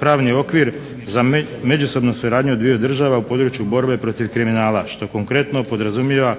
pravni okvir za međusobnu suradnju dviju država u području borbe protiv kriminala što konkretno podrazumijeva